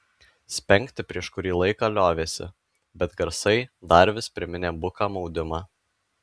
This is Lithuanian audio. spengti prieš kurį laiką liovėsi bet garsai dar vis priminė buką maudimą